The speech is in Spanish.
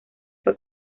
fue